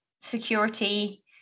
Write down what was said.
security